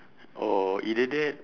or either that